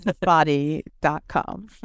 body.com